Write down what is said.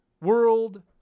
world